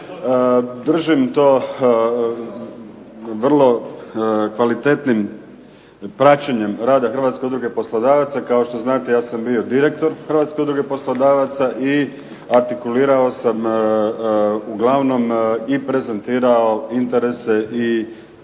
Držim to vrlo kvalitetnim praćenjem rada Hrvatske udruge poslodavaca. Kao što znate, ja sam bio direktor Hrvatske udruge poslodavaca i artikulirao sam uglavnom i prezentirao interese i zastupao